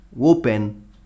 open